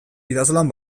idazlan